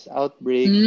outbreak